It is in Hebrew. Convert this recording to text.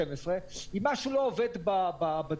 שאם משהו לא עובד בדברים,